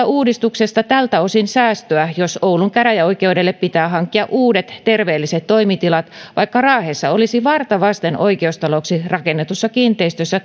uudistuksesta tältä osin lopulta säästöä jos oulun käräjäoikeudelle pitää hankkia uudet terveelliset toimitilat vaikka raahessa olisi varta vasten oikeustaloksi rakennetussa kiinteistössä